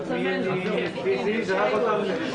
בשעה 13:07.